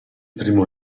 primo